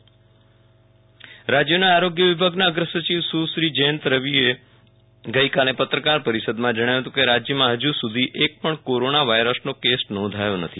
Viral Rana corona Jayanti Ravi રાજ્યના આરોગ્ય વિભાગના અગ્રસચિવ સુશ્રી જયંતિ રવિએ ગઈકાલે પત્રકાર પરિષદમાં જણાવ્યું હતું કે રાજ્યમાં હજૂ એક પણ કોરોના વાયરસનો કેસ નોંધાયો નથી